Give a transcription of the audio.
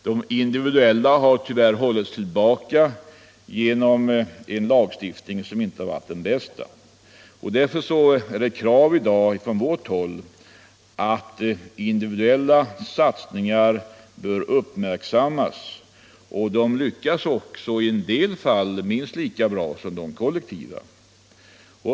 De individuella har tyvärr hållits tillbaka genom en lagstiftning som inte har varit den bästa. Därför ställer vi på moderat håll krav på att individuella satsningar bör uppmärksammas. De lyckas också i en del fall minst lika bra som de kollektiva.